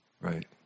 Right